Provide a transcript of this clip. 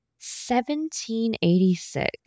1786